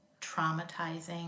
traumatizing